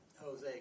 Jose